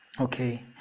Okay